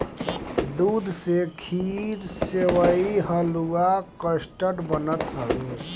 दूध से खीर, सेवई, हलुआ, कस्टर्ड बनत हवे